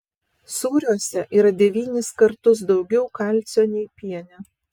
sūriuose yra devynis kartus daugiau kalcio nei piene